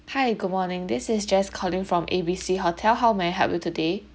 hi good morning this is jess calling from A B C hotel how may I help you today